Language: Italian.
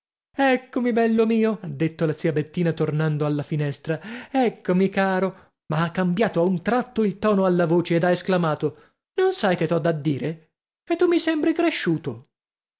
eccomi bello mio ha detto la zia bettina tornando alla finestra eccomi caro ma ha cambiato a un tratto il tono alla voce ed ha esclamato non sai che t'ho da dire che tu mi sembri cresciuto